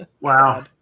Wow